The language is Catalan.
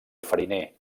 fariner